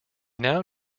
now